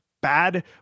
bad